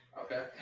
Okay